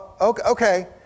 Okay